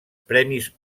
premis